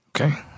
Okay